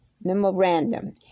Memorandum